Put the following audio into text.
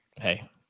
Hey